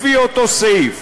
לפי אותו סעיף,